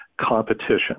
competition